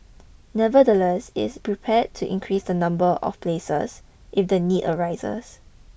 nevertheless it's prepare to increase the number of places if the need arises